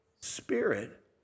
spirit